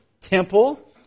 temple